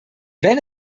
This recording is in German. wenn